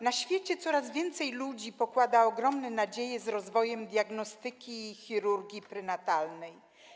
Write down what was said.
Na świecie coraz więcej ludzi pokłada ogromne nadzieje w rozwoju diagnostyki i chirurgii prenatalnej.